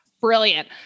brilliant